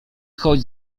choć